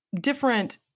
different